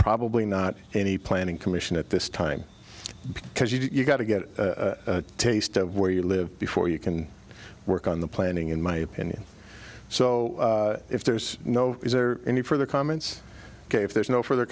probably not any planning commission at this time because you've got to get a taste of where you live before you can work on the planning in my opinion so if there's no is there any further comments if there's no further